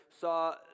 saw